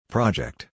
Project